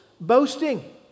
boasting